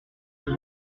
vous